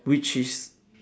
which is